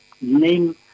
name